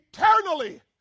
eternally